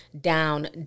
down